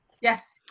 Yes